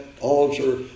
altar